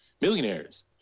millionaires